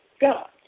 God